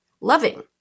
loving